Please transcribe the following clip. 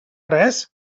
res